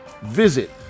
Visit